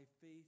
faith